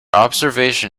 observation